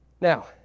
now